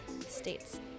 states